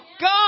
God